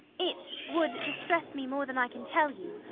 it would distress me more than i can tell you,